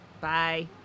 Bye